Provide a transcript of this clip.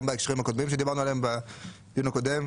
גם בהקשרים הקודמים שדיברנו עליהם בדיון הקודם,